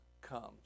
comes